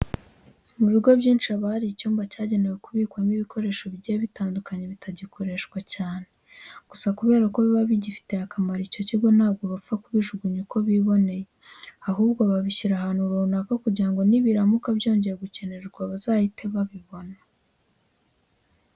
Mu bigo byinshi haba hari icyumba cyagenewe kubikwamo ibikoresho bigiye bitandukanye bitagikoreshwa cyane. Gusa kubera ko biba bigifitiye akamaro icyo kigo ntabwo bapfa kubijugunya uko biboneye, ahubwo babishyira ahantu runaka kugira ngo nibiramuka byongeye gukenerwa bazahite babibona.